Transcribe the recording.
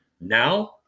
Now